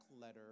letter